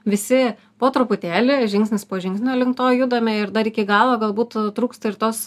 visi po truputėlį žingsnis po žingsnio link to judame ir dar iki galo galbūt trūksta ir tos